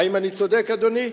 האם אני צודק, אדוני?